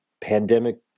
pandemic